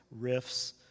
riffs